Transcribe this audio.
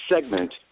segment